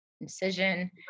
incision